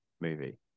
movie